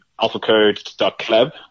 alphacode.club